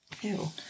Ew